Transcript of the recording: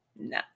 No